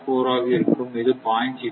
4 ஆக இருக்கும் மற்றும் இது 0